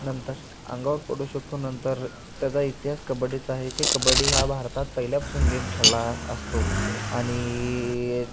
नंतर अंगावर पडू शकतो नंतर त्याचा इतिहास कबड्डीचा आहे की कबड्डी हा भारतात पहिल्यापासून गेम खेळला असतो आणि